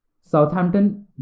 Southampton